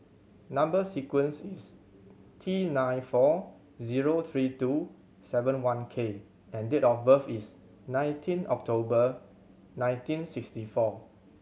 number sequence is T nine four zero three two seven one K and date of birth is nineteen October nineteen sixty four